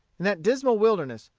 in that dismal wilderness,